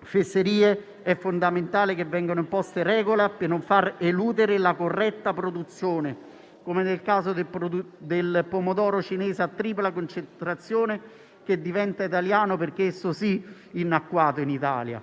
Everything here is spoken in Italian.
fesserie, è fondamentale che vengano imposte regole per non far eludere la corretta produzione, come nel caso del pomodoro cinese a tripla concentrazione, che diventa italiano perché - esso sì - innacquato in Italia.